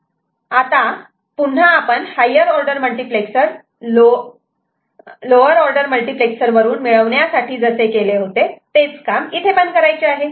आता पुन्हा आपण higher order multiplexer lower order multiplexer वरून मिळवण्यासाठी जसे केले होते तेच काम इथे पण करायचे आहे